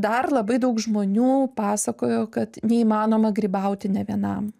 dar labai daug žmonių pasakojo kad neįmanoma grybauti ne vienam